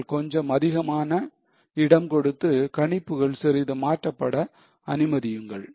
நீங்கள் கொஞ்சம் அதிகமான இடம் கொடுத்து கணிப்புகள் சிறிது மாற்றப்பட அனுமதியுங்கள்